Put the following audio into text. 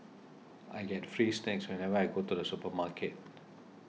I get free snacks whenever I go to the supermarket